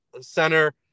center